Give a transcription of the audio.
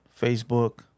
facebook